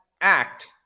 act